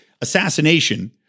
assassination